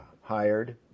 hired